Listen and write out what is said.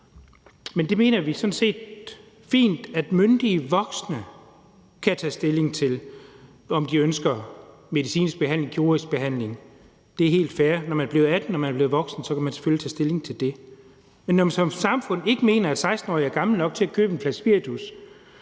Men det mener vi sådan set fint at myndige voksne kan tage stilling til, altså om de ønsker medicinsk behandling, kirurgisk behandling. Det er helt fair, at når man er blevet 18 år og man er blevet voksen, kan man selvfølgelig tage stilling til det. Men når man som samfund ikke mener, at 16-årige er gamle nok til at købe en flaske spiritus,